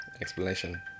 explanation